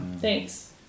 Thanks